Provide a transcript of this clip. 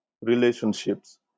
relationships